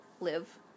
live